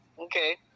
Okay